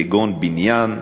כגון בניין,